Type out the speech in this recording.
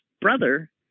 brother